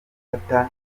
bafata